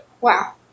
Wow